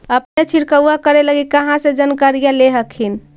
अपने छीरकाऔ करे लगी कहा से जानकारीया ले हखिन?